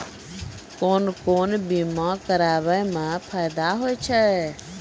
कोन कोन बीमा कराबै मे फायदा होय होय छै?